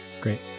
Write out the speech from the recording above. Great